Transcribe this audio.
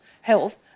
health